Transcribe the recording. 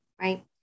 Right